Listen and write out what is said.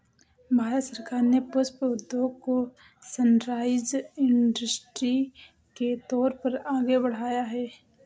भारत सरकार ने पुष्प उद्योग को सनराइज इंडस्ट्री के तौर पर आगे बढ़ाया है